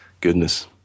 Goodness